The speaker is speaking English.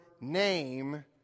name